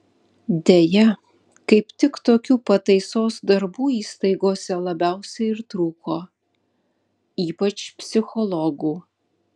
deja kaip tik tokių pataisos darbų įstaigose labiausiai ir trūko ypač psichologų